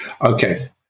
Okay